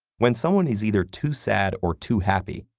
when someone is either too sad or too happy,